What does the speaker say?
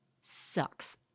sucks